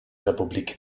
republik